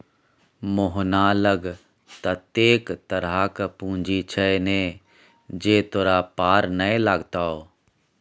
मोहना लग ततेक तरहक पूंजी छै ने जे तोरा पार नै लागतौ